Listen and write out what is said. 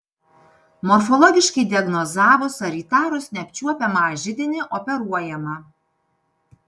morfologiškai diagnozavus arba įtarus neapčiuopiamą židinį operuojama